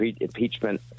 impeachment